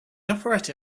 operetta